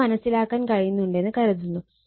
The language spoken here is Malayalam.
ഇത് മനസ്സിലാക്കാൻ കഴിയുന്നുന്നുണ്ടെന്ന് കരുതുന്നു